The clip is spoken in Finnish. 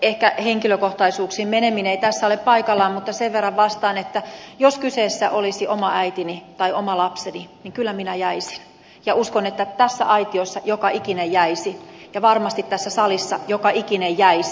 ehkä henkilökohtaisuuksiin meneminen ei tässä ole paikallaan mutta sen verran vastaan että jos kyseessä olisi oma äitini tai oma lapseni niin kyllä minä jäisin ja uskon että tässä aitiossa joka ikinen jäisi ja varmasti tässä salissa joka ikinen jäisi